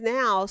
now